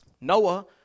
Noah